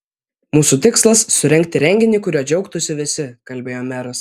mūsų tikslas surengti renginį kuriuo džiaugtųsi visi kalbėjo meras